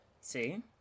See